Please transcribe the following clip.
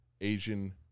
Asian